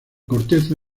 corteza